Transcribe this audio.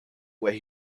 where